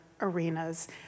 arenas